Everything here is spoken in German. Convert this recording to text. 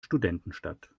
studentenstadt